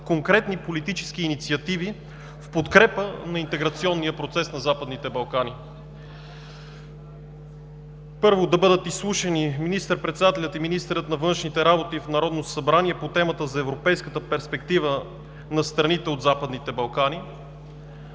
конкретни политически инициативи в подкрепа на интеграционния процес на Западните Балкани. Първо, да бъдат изслушани министър-председателят и министърът на външните работи в Народното събрание по темата за европейската перспектива на страните от Западните Балкани;